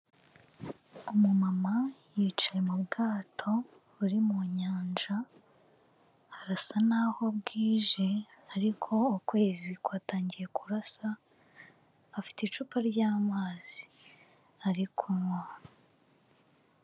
Umu mama yicaye mu bwato buri mu nyanja arasa n'aho bwije ariko ukwezi kwatangiye kurasa, afite icupa ry'amazi ari kunywaho.